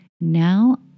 Now